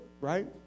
right